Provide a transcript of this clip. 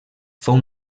fou